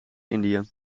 indië